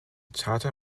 charter